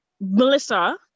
melissa